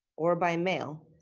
or by mail,